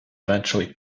eventually